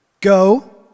Go